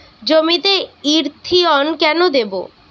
জমিতে ইরথিয়ন কেন দেবো?